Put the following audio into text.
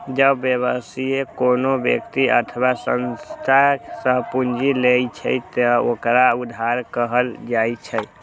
जब व्यवसायी कोनो व्यक्ति अथवा संस्था सं पूंजी लै छै, ते ओकरा उधार कहल जाइ छै